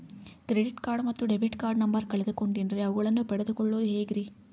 Credit card ಮತ್ತು debit card number ಕಳೆದುಕೊಂಡಿನ್ರಿ ಅವುಗಳನ್ನ ಪಡೆದು ಕೊಳ್ಳೋದು ಹೇಗ್ರಿ?